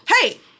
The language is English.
Hey